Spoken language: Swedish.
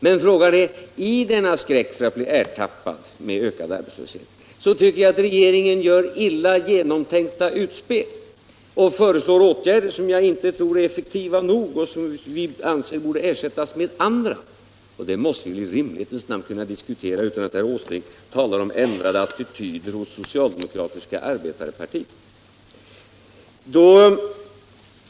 Men i denna skräck för att bli ertappad med ökad arbetslöshet tycker jag att regeringen gör illa genomtänka utspel och föreslår åtgärder som inte är effektiva nog och som vi anser borde ersättas med andra. Det måste vi ju i rimlighetens namn kunna diskutera utan att herr Åsling talar om ändrade attityder hos det socialdemokratiska arbetarpartiet.